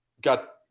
got